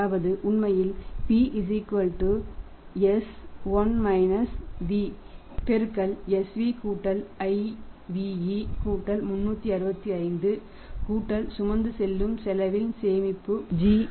அதாவது உண்மையில் p s 1 v பெருக்கல் sv ivc 365 சுமந்து செல்லும் செலவில் சேமிப்பு g